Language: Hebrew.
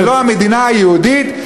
ולא המדינה היהודית,